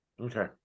Okay